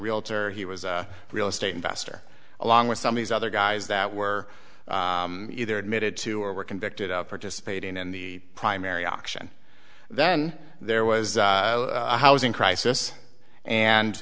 realtor he was a real estate investor along with some of these other guys that were either admitted to or were convicted of participating in the primary auction then there was a housing crisis and